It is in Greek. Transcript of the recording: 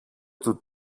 του